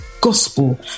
gospel